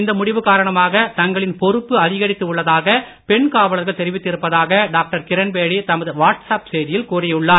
இந்த முடிவு காரணமாக தங்களின் பொறுப்பு அதிகரித்து உள்ளதாக பெண் காவலர்கள் தெரிவித்து இருப்பதாக டாக்டர் கிரண்பேடி தமது வாட்ஸ் அப் செய்தியில் கூறியுள்ளார்